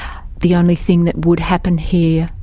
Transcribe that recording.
the only thing that would happen here,